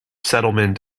settlement